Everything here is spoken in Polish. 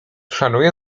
szanuje